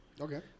Okay